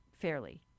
fairly